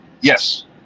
yes